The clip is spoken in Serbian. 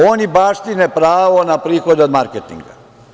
Oni baštine pravo na prihode od marketinga.